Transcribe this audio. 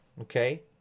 okay